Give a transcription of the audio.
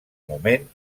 moment